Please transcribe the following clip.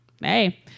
hey